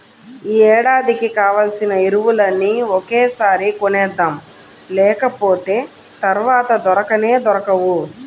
యీ ఏడాదికి కావాల్సిన ఎరువులన్నీ ఒకేసారి కొనేద్దాం, లేకపోతె తర్వాత దొరకనే దొరకవు